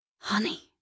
Honey